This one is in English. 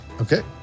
Okay